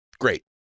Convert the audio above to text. great